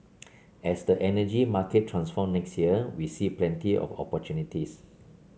as the energy market transforms next year we see plenty of opportunities